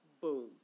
boom